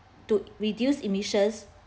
to reduce emissions